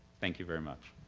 thank you very much.